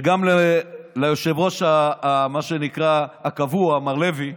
וגם ליושב-ראש הקבוע, מר לוי,